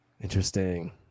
Interesting